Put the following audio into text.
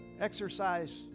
exercise